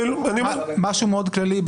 משהו מאוד כללי,